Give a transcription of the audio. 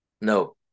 No